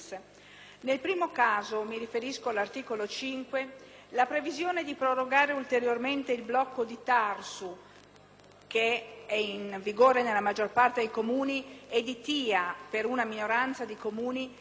Nel primo caso - mi riferisco all'articolo 5 - la previsione di prorogare ulteriormente il blocco della TARSU, che è in vigore nella maggiore parte dei Comuni, e della TIA per una minoranza di Comuni,